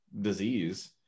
disease